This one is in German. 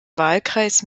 wahlkreis